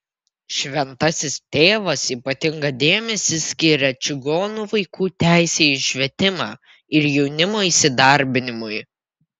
šventasis tėvas ypatingą dėmesį skyrė čigonų vaikų teisei į švietimą ir jaunimo įsidarbinimui